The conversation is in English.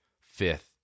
fifth